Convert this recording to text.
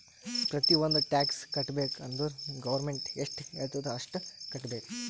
ಪ್ರತಿ ಒಂದ್ ಟ್ಯಾಕ್ಸ್ ಕಟ್ಟಬೇಕ್ ಅಂದುರ್ ಗೌರ್ಮೆಂಟ್ ಎಷ್ಟ ಹೆಳ್ತುದ್ ಅಷ್ಟು ಕಟ್ಟಬೇಕ್